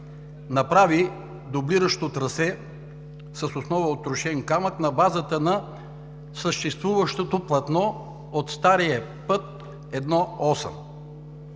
направи дублиращо трасе с основа от трошен камък на базата на съществуващото платно от стария път I-8.